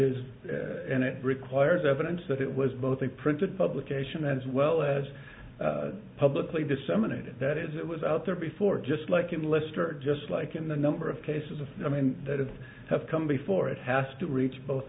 is and it requires evidence that it was both a printed publication as well as publicly disseminated that is it was out there before just like in leicester just like in the number of cases of that have come before it has to reach both